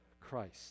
Christ